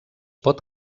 pot